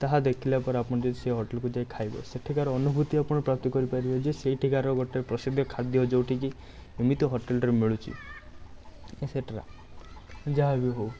ତାହା ଦେଖିଲାପରେ ଆପଣ ଯଦି ସେ ହୋଟେଲ୍କୁ ଯାଇକି ଖାଇବେ ସେଠିକାର ଅନୁଭୂତି ଆପଣ ପ୍ରାପ୍ତ କରିପାରିବେ ଯେ ସେଇଠିକାର ଗୋଟେ ପ୍ରସିଦ୍ଧ ଖାଦ୍ୟ ଯେଉଁଠିକି ଏମିତି ହୋଟେଲ୍ଟାରେ ମିଳୁଛି ଏଟ୍ସେଟ୍ରା ଯାହାବି ହେଉ